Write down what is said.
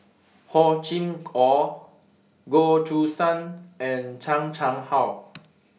Hor Chim Or Goh Choo San and Chan Chang How